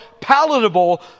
palatable